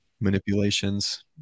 manipulations